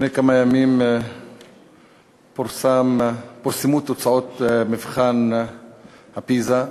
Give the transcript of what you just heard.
לפני כמה ימים פורסמו תוצאות מבחן פיז"ה,